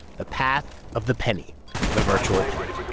the path of the penny the virtual penny.